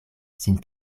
sin